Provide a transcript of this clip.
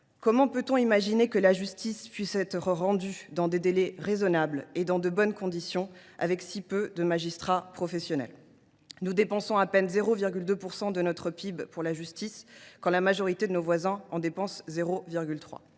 Comment peut on imaginer que la justice puisse être rendue dans des délais raisonnables et dans de bonnes conditions avec si peu de magistrats professionnels ? Nous dépensons à peine 0,2 % de notre PIB pour la justice, quand la majorité de nos voisins en dépense 0,3